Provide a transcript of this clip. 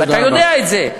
ואתה יודע את זה.